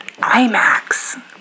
IMAX